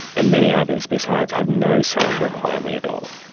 and many others besides, have no such requirement at all.